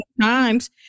times